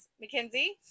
Mackenzie